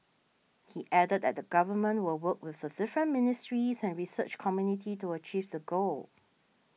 he added that the Government will work with the different ministries and research community to achieve the goal